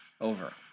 over